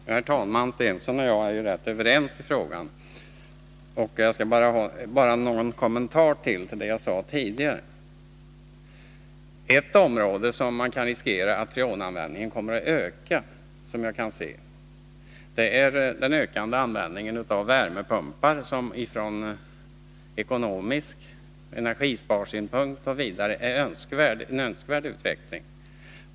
Herr talman! Börje Stensson och jag är rätt överens i den här frågan. Bara någon kommentar utöver vad jag tidigare sade. Ett område där man kan riskera att freonanvändningen kommer att öka är i värmepumpar. Den ökande användningen av värmepumpar är en önskvärd utveckling från ekonomisk synpunkt och från energisparsynpunkt.